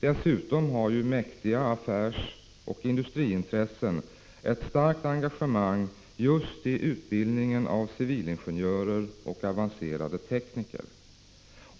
Dessutom har mäktiga affärsoch industriintressen ett starkt engagemang just i utbildningen av civilingenjörer och avancerade tekniker.